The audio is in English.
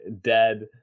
dead